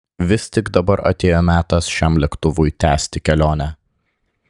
vis tik dabar atėjo metas šiam lėktuvui tęsti kelionę